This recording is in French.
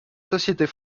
sociétés